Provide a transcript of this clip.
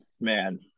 Man